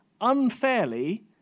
unfairly